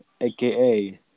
aka